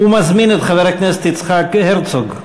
ומזמין את חבר הכנסת יצחק הרצוג,